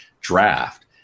draft